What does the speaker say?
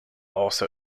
also